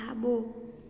खाॿो